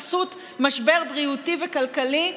בחסות משבר בריאותי וכלכלי,